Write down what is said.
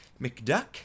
McDuck